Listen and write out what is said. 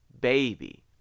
baby